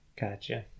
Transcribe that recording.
Gotcha